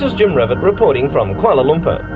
jim revitt, reporting from kuala lumpur.